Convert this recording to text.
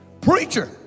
Preacher